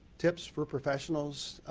tips for professionals.